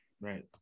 Right